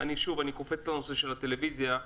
אני קופץ לנושא של הטלוויזיה.